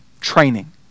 Training